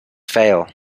fail